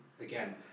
again